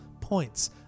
points